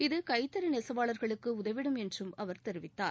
இது கைத்தறி நெசவாளர்களுக்கு உதவிடும் என்றும் அவர் தெரிவித்தார்